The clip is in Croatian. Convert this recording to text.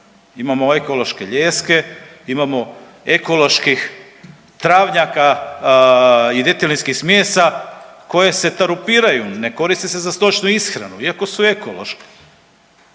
Imamo ekološke lijeske, imamo ekoloških travnjaka i djetelinskih smjesa koje se tarupiraju, ne koriste se za stočnu ishranu iako su ekološke.